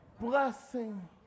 blessing